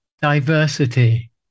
diversity